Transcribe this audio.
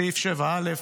סעיף 7א,